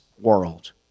world